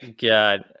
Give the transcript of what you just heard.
god